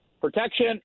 protection